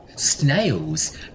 snails